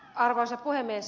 arvoisa puhemies